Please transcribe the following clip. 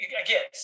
again